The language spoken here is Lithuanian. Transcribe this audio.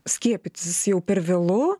skiepytis jau per vėlu